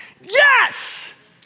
yes